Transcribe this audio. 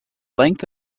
length